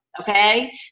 Okay